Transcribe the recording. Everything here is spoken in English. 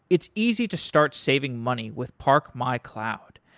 it's easy to start saving money with parkmycloud.